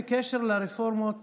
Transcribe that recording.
בקשר לרפורמות